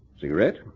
Cigarette